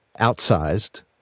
outsized